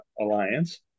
Alliance